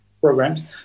programs